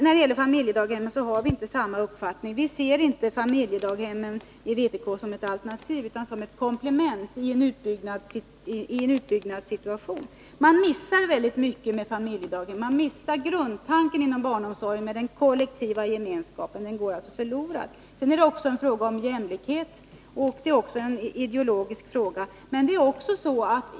När det gäller familjedaghemmen har vi i vpk inte samma uppfattning som de övriga partierna. Vi ser inte familjedaghemmen som ett alternativ utan som ett komplement i en utbyggnadssituation. Man missar väldigt mycket med familjedaghem. Man missar grundtanken inom barnomsorgen, den kollektiva gemenskapen. Den går alltså förlorad. Det är också en fråga om jämlikhet och en ideologisk fråga.